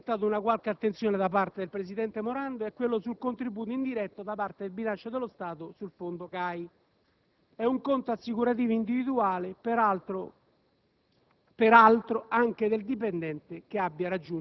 l'altra questione sulla quale mi sarei aspettato una qualche attenzione da parte del presidente Morando concerne il contributo indiretto da parte del bilancio dello Stato al fondo CAI. È un fondo assicurativo individuale, peraltro